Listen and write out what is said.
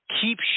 Keep